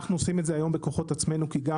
אנחנו עושים את זה היום בכוחות עצמנו כי גם